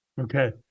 Okay